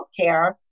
healthcare